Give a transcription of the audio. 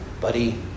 buddy